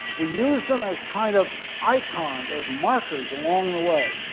we use them as kind of icons as markers along the way.